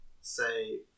say